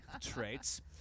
traits